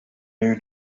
new